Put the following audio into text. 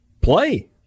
Play